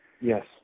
Yes